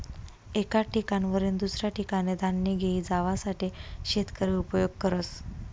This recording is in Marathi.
एक ठिकाणवरीन दुसऱ्या ठिकाने धान्य घेई जावासाठे शेतकरी उपयोग करस